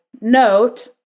note